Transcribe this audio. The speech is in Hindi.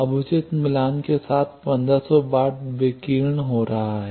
अब उचित मिलान के साथ 1500 वाट विकीर्ण हो रहा है